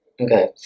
Okay